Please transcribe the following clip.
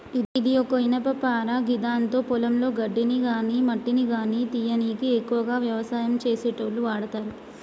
ఇది ఒక ఇనుపపార గిదాంతో పొలంలో గడ్డిని గాని మట్టిని గానీ తీయనీకి ఎక్కువగా వ్యవసాయం చేసేటోళ్లు వాడతరు